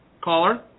Caller